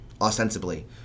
ostensibly